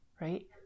Right